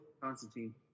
Constantine